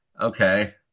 okay